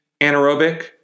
anaerobic